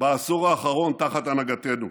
בעשור האחרון תחת הנהגתנו.